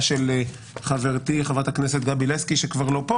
של חברתי חברת הכנסת גבי לסקי שכבר לא פה